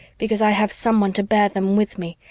because i have someone to bear them with me,